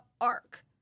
ARC